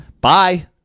Bye